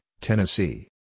Tennessee